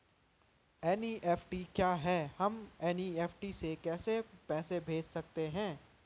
NEFT क्या है हम एन.ई.एफ.टी से कैसे पैसे भेज सकते हैं?